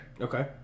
Okay